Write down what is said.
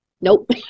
Nope